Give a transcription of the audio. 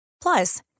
Plus